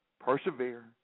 Persevere